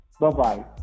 Bye-bye